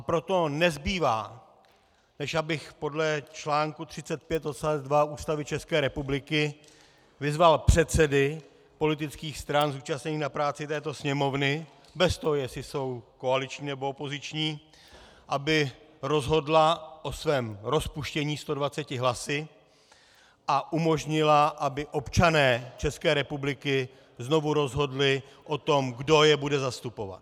Proto nezbývá, než abych podle čl. 35 odst. 2 Ústavy České republiky vyzval předsedy politických stran zúčastněných na práci této Sněmovny, bez toho, jestli jsou koaliční, nebo opoziční, aby rozhodla o svém rozpuštění 120 hlasy a umožnila, aby občané České republiky znovu rozhodli o tom, kdo je bude zastupovat.